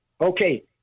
Okay